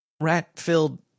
rat-filled